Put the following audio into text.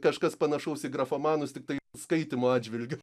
kažkas panašaus į grafomanus tiktai skaitymo atžvilgiu